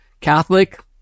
Catholic